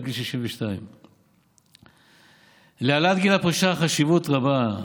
על גיל 62. להעלאת גיל הפרישה חשיבות רבה,